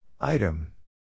Item